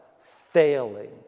failing